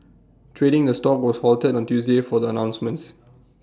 trading the stock was halted on Tuesday for the announcements